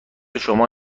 شما